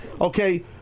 okay